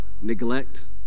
neglect